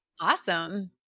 Awesome